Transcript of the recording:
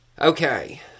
Okay